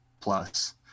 plus